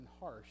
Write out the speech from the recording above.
harsh